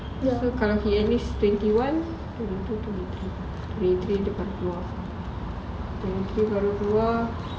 let's say pergi N_S twenty one twenty two twenty three twenty three dia akan keluar twenty three baru keluar